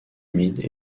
humide